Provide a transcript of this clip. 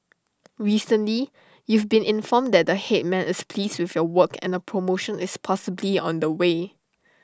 recently you've been informed that the Headman is pleased with your work and A promotion is possibly on the way